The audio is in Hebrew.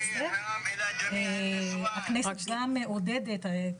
הכנסת גם מעודדת,